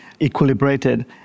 equilibrated